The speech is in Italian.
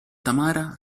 tamara